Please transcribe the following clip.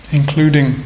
including